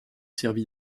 servi